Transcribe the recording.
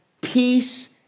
Peace